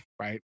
Right